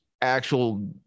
actual